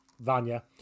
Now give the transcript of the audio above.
Vanya